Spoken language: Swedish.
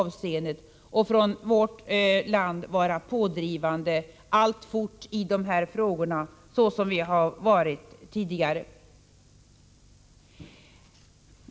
Vårt land kan vara pådrivande alltfort i dessa frågor såsom vi har varit tidigare.